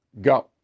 Go